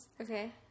Okay